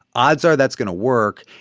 odds are that's going to work.